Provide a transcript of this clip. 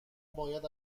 باید